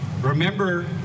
Remember